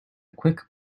quick